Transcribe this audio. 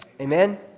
Amen